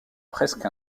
presque